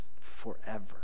forever